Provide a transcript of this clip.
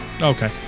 Okay